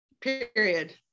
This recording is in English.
period